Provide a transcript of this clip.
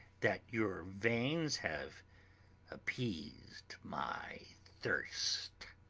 that your veins have appeased my thirst